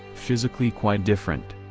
physically quite different.